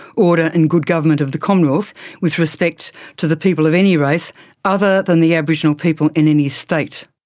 order and good government of the commonwealth with respect to the people of any race other than the aboriginal people in any state.